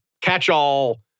catch-all